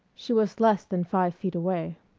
she was less than five feet away.